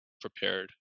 prepared